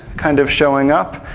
kind of showing up,